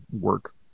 work